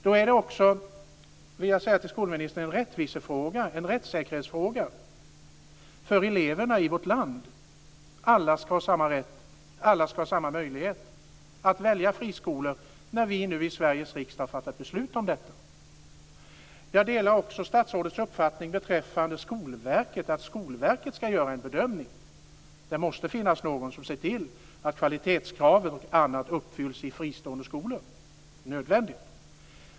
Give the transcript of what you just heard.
Jag vill säga till skolministern att det också är en rättvisefråga, en rättssäkerhetsfråga, för eleverna i vårt land att alla ska ha samma rätt och samma möjlighet att välja friskolor, när vi nu i Sveriges riksdag har fattat beslut om detta. Jag delar också statsrådets uppfattning beträffande att Skolverket ska göra en bedömning. Det måste finnas någon som ser till att kvalitetskrav och annat uppfylls i fristående skolor. Det är nödvändigt.